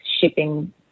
shipping